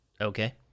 okay